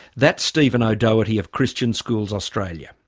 that's stephen o'doherty of christian schools australia.